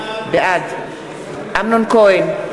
בעד אמנון כהן,